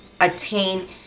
attain